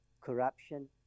corruption